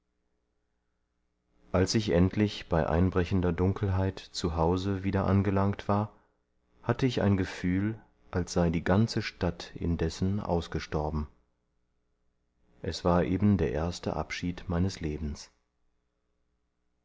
als ich endlich bei einbrechender dunkelheit zu hause wieder angelangt war hatte ich ein gefühl als sei die ganze stadt indessen ausgestorben es war eben der erste abschied meines lebens